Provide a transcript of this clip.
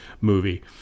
movie